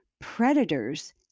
predators